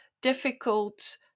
difficult